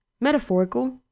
metaphorical